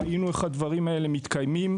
ראינו איך הדברים האלה מתקיימים.